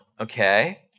okay